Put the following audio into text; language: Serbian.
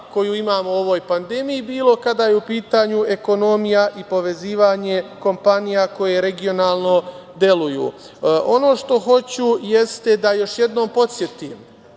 koju imamo u ovoj pandemiji, bilo kada je u pitanju ekonomija i povezivanje kompanija koje regionalno deluju. Ono što hoću, jeste da još jednom podsetim